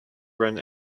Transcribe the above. ran